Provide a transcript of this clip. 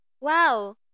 wow